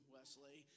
Wesley